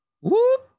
Whoop